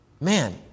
man